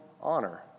honor